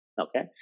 Okay